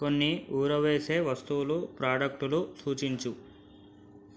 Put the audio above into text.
కొన్ని ఊరవేసే వస్తువులు ప్రోడక్టులు సూచించు